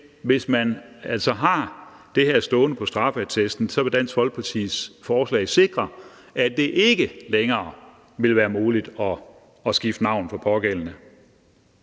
hvis man altså har det her stående på straffeattesten, vil Dansk Folkepartis forslag sikre, at det ikke længere vil være muligt for den pågældende